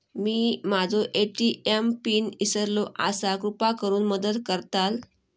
मी माझो ATM PIN इसरलो आसा कृपा करुन मदत करताल